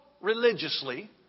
religiously